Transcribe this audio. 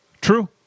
True